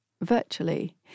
virtually